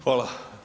Hvala.